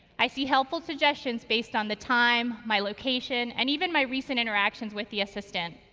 i see helpful suggestions based on the time, my location, and even my recent interactions with the assistant.